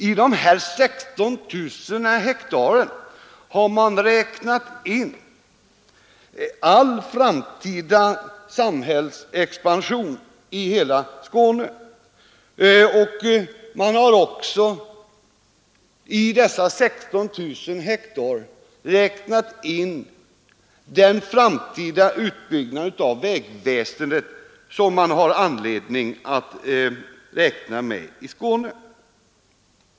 I dessa 16 000 hektar har man räknat in all framtida samhällsexpansion i hela Skåne, och man har också räknat in den framtida utbyggnaden av vägnätet som det finns anledning att vänta sig i Skåne.